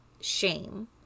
shame